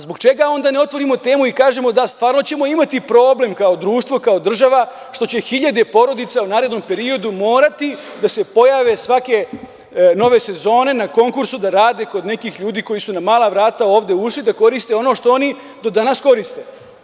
Zbog čega onda ne otvorimo temu i kažemo – da, stvarno ćemo imati problem kao društvo, kao država, što će hiljade porodica u narednom periodu morati da se pojave svake nove sezone na konkursu da rade kod nekih ljudi koji su na mala vrata ovde ušli da koriste ono što oni do danas koriste?